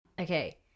Okay